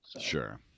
Sure